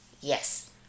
Yes